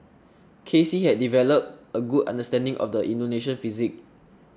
K C had developed a good understanding of the Indonesian psyche